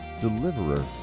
deliverer